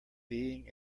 being